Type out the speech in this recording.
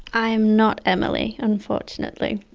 i'm not emily, unfortunately.